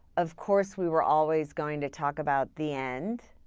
of course, we were always going to talk about the end.